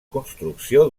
construcció